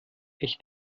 echt